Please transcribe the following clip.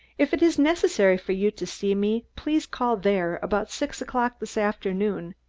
if it is necessary for you to see me please call there about six o'clock this afternoon.